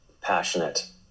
passionate